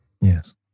Yes